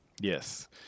Yes